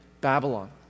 Babylon